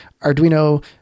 Arduino